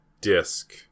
disc